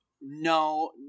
no